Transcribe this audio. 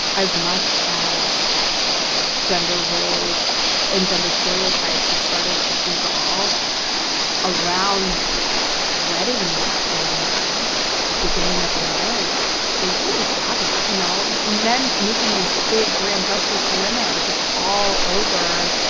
as much as gender roles and gender stereotypes, have started to dissolve around weddings and the beginning of a marriage they really haven't. you know, men making these big grand gestures to women are just all over,